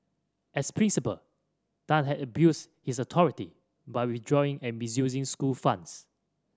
as principal Tan had abused his authority by withdrawing and misusing school funds